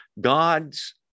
God's